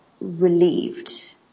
relieved